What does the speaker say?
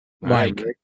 mike